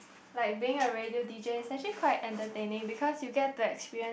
like being a radio d_j is actually quite entertaining because you get to experience